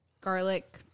garlic